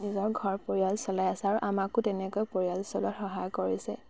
নিজৰ ঘৰ পৰিয়াল চলাই আছে আৰু আমাকো তেনেকৈ পৰিয়াল চলোৱাত সহায় কৰিছে